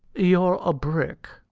you're a brick.